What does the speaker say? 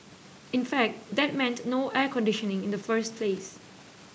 in fact that meant no air conditioning in the first place